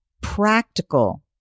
practical